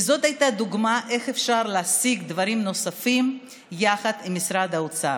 וזאת הייתה דוגמה לאיך אפשר להשיג דברים נוספים יחד עם משרד האוצר.